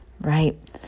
right